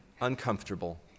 uncomfortable